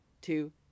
two